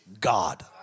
God